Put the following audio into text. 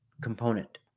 component